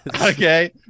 Okay